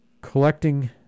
collecting